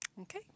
Okay